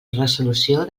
resolució